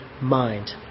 mind